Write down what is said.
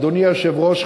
אדוני היושב-ראש,